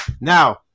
now